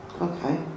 Okay